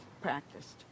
practiced